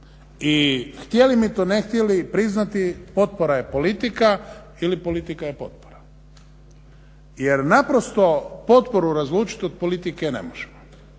i htjeli mi to ne htjeli priznati potpora je politika, ili politika je potpora. Jer naprosto potporu razlučiti od politike ne možemo